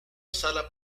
sala